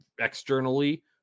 externally